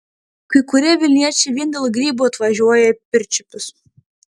kai kurie vilniečiai vien dėl grybų atvažiuoja į pirčiupius